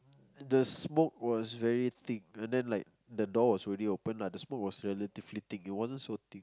the smoke was very thick and then like the door was already open lah the smoke was relatively thick it wasn't so thick